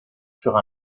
sur